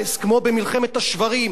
כמו במלחמת השוורים,